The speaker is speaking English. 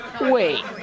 Wait